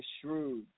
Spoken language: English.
shrewd